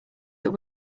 that